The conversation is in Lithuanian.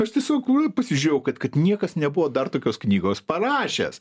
aš tiesiog na pasižiūrėjau kad kad niekas nebuvo dar tokios knygos parašęs